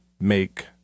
make